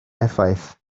effaith